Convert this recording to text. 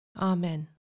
Amen